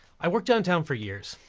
i worked downtown for years,